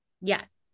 yes